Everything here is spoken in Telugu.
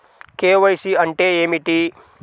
కే.వై.సి అంటే ఏమిటి?